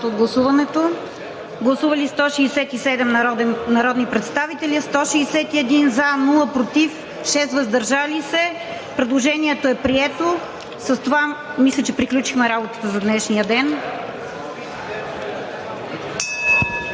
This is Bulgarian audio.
всичките. Гласували 167 народни представители: за 161, против няма, въздържали се 6. Предложението е прието. С това мисля, че приключихме работата за днешния ден.